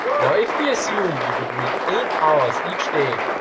now if we assume, you would read eight hours each day,